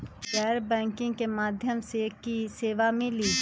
गैर बैंकिंग के माध्यम से की की सेवा मिली?